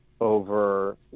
over